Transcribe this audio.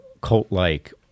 cult-like